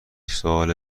سوال